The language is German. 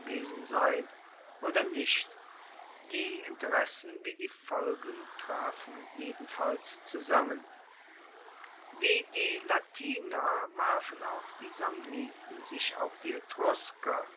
sein oder nicht die interessen wie die folgen trafen jedenfalls zusammen wie die latiner warfen auch die samniten sich auf die etrusker